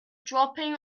dropping